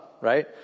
right